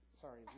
Sorry